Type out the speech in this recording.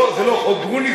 זה לא "חוק גרוניס",